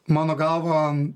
mano galva